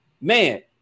man